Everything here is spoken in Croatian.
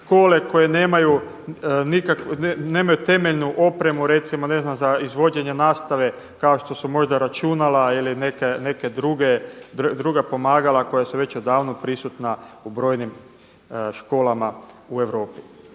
škole koje nemaju temeljnu opremu recimo ne znam za izvođenje nastave kao što su možda računala ili neke druga pomagala koja su već odavno prisutna u brojnim školama u Europi.